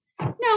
No